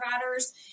providers